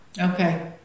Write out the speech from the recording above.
Okay